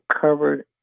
covered